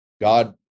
God